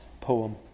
poem